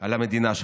על המדינה שלך.